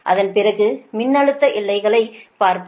அதன் பிறகு மின்னழுத்த அலைகளை பார்ப்போம்